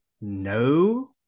no